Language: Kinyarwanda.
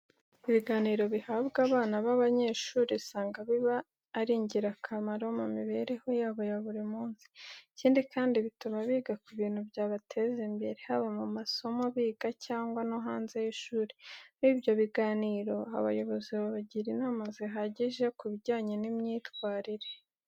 Ibiganiro bihabwa abana b'abanyeshuri, usanga biba ari ingirakamaro mu mibereho yabo ya buri munsi. Ikindi kandi, bituma biga ku bintu byabateza imbere, haba mu masomo biga cyangwa no hanze y'ishuri. Muri byo biganiro, abayobozi babagira inama zihagije ku bijyanye n'imyitwarire.